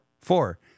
Four